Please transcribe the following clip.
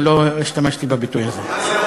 אבל לא השתמשתי בביטוי הזה.